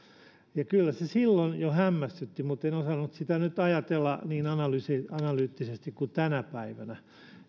kyllä se silloin jo hämmästytti mutten osannut sitä nyt ajatella niin analyyttisesti kuin tänä päivänä